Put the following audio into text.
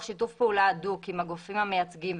שיתוף פעולה הדוק עם הגופים המייצגים,